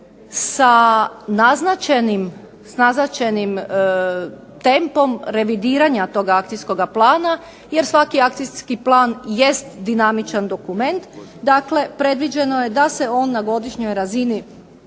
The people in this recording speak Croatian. sa naznačenim temom revidiranja tog Akcijskoga plana jer svaki akcijski plan jest dinamičan dokument. Dakle, predviđeno je da se on na godišnjoj razini